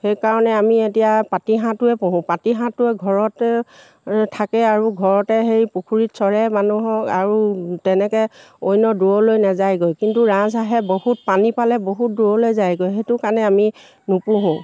সেইকাৰণে আমি এতিয়া পাতিহাঁহটোৱে পোহোঁ পাতিহাঁহটোৱে ঘৰতে থাকে আৰু ঘৰতে সেই পুখুৰীত চৰে মানুহক আৰু তেনেকৈ অন্য দূৰলৈ নেযায়গৈ কিন্তু ৰাজাঁহাহে বহুত পানী পালে বহুত দূৰলৈ যায়গৈ সেইটো কাৰণে আমি নুপোহোঁ